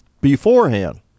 beforehand